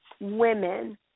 women